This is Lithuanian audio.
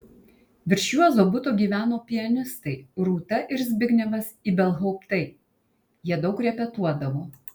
virš juozo buto gyveno pianistai rūta ir zbignevas ibelhauptai jie daug repetuodavo